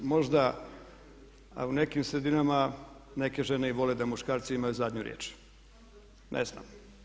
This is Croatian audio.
Možda a u nekim sredinama neke žene i vole da muškarci imaju zadnju riječ, ne znam.